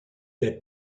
n’êtes